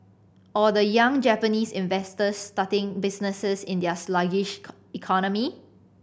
or the young Japanese investors starting businesses in their sluggish economy